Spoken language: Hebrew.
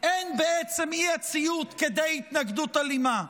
אין בו כדי התנגדות אלימה.